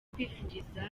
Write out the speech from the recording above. kwifuriza